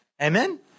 Amen